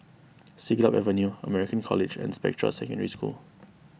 Siglap Avenue American College and Spectra Secondary School